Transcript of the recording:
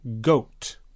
goat